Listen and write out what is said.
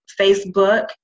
Facebook